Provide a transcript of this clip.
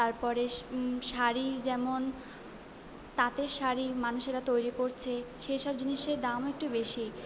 তারপরে শ শাড়ি যেমন তাঁতের শাড়ি মানুষেরা তৈরি করছে সেই সব জিনিসের দামও একটু বেশি